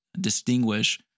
distinguish